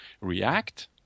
react